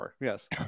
Yes